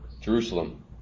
Jerusalem